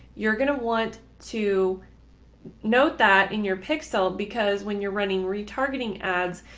you're going to want to note that in your pixel, because when you're running retargeting ads,